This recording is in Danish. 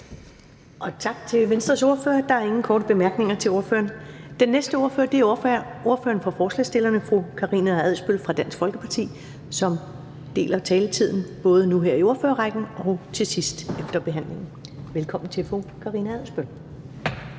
Tak til Venstres ordfører. Der er ingen korte bemærkninger til ordføreren. Den næste ordfører er ordføreren for forslagsstillerne, fru Karina Adsbøl fra Dansk Folkeparti, som deler sin taletid, så hun får ordet både nu her i ordførerrækken og til sidst efter behandlingen. Velkommen til fru Karina Adsbøl.